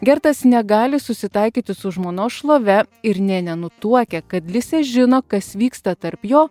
girtas negali susitaikyti su žmonos šlove ir nė nenutuokia kad visi žino kas vyksta tarp jo